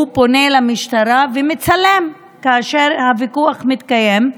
הוא פונה למשטרה ומצלם כאשר הוויכוח מתקיים.